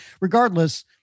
regardless